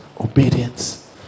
Obedience